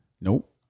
Nope